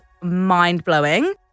mind-blowing